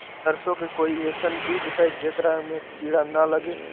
सरसों के कोई एइसन बिज है जेकरा में किड़ा न लगे?